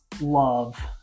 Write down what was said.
love